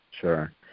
Sure